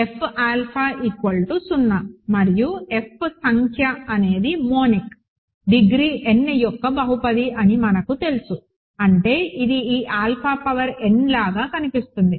F alpha 0 మరియు F సంఖ్య అనేది మోనిక్డిగ్రీ n యొక్క బహుపది అని మనకు తెలుసు అంటే ఇది ఈ ఆల్ఫా పవర్ n లాగా కనిపిస్తుంది